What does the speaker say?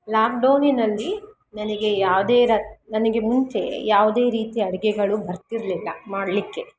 ಲಾಕ್ಡೌನಿನಲ್ಲಿ ನನಗೆ ಯಾವುದೇ ರ ನನಗೆ ಮುಂಚೆ ಯಾವುದೇ ರೀತಿಯ ಅಡುಗೆಗಳು ಬರ್ತಿರಲಿಲ್ಲ ಮಾಡಲಿಕ್ಕೆ